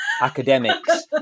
academics